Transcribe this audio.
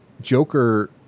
Joker